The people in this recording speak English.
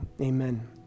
amen